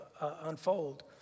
unfold